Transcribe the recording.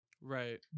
right